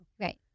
Right